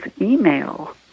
email